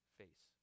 face